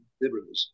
liberalism